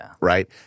right